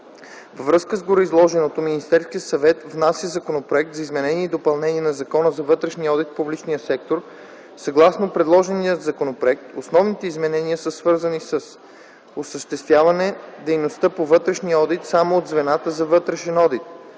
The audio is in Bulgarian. Във връзка с гореизложеното Министерският съвет внася Законопроект за изменение и допълнение на Закона за вътрешния одит в публичния сектор. Съгласно предложения законопроект основните изменения са свързани с: - осъществяване дейността по вътрешния одит само от звена за вътрешен одит